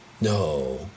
No